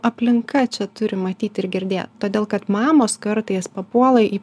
aplinka čia turi matyt ir girdėt todėl kad mamos kartais papuola į